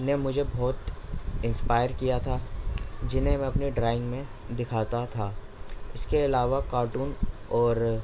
نے مجھے بہت انسپائر کیا تھا جنہیں میں اپنی ڈرائنگ میں دکھاتا تھا اس کے لیے علاوہ کارٹون اور